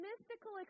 mystical